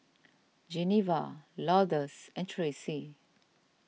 Genevra Lourdes and Traci